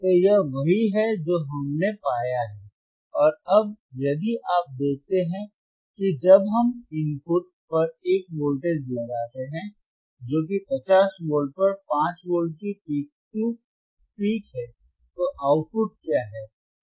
तो यह वही है जो हमने पाया है और अब यदि आप देखते हैं कि जब हम इनपुट पर एक वोल्टेज लगाते हैं जो कि 50 वोल्ट पर 5 वोल्ट की पीक से पीक है तो आउटपुट क्या है